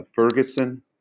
Ferguson